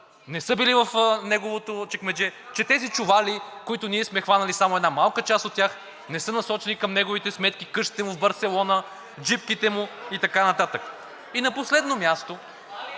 не са били в неговото чекмедже, че тези чували, от които ние сме хванали само една малка част от тях, не са насочени към неговите сметки, къщите му в Барселона, джипките му и така нататък? (Шум и реплики от